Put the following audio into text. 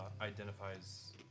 identifies